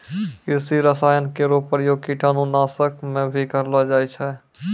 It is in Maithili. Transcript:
कृषि रसायन केरो प्रयोग कीटाणु नाशक म भी करलो जाय छै